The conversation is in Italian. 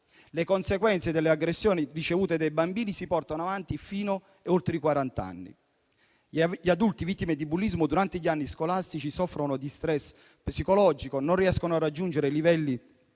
Le conseguenze delle aggressioni ricevute dai bambini si portano avanti fino e oltre i quarant'anni. Gli adulti vittime di bullismo durante gli anni scolastici soffrono di *stress* psicologico; non riescono a raggiungere livelli